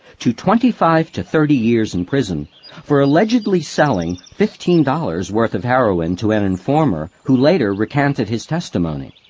to twenty-five to thirty years in prison for allegedly selling fifteen dollars worth of heroin to an informer who later recanted his testimony.